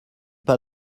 pas